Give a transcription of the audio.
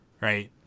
Right